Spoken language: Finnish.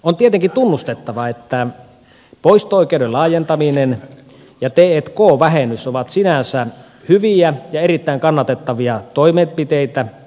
on tietenkin tunnustettava että poisto oikeuden laajentaminen ja t k vähennys ovat sinänsä hyviä ja erittäin kannatettavia toimenpiteitä